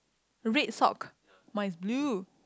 red sock my is blue